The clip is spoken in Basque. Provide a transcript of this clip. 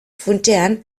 funtsean